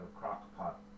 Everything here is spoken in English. Crock-Pot